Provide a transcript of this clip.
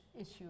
issue